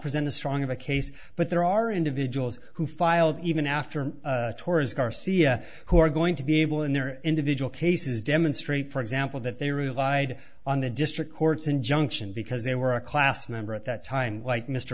present a stronger case but there are individuals who filed even after tours garcia who are going to be able in their individual cases demonstrate for example that they relied on the district court's injunction because they were a class member at that time like mr